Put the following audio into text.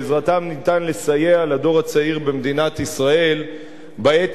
ניתן לסייע לדור הצעיר במדינת ישראל בעת הזו,